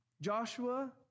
Joshua